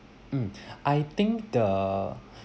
mm I think the